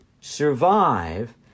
survive